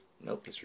Nope